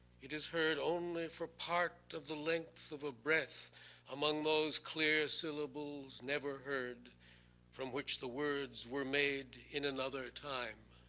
it is heard only for part of the length of a breath among those clear syllables never heard from which the words were made in another time.